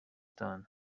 done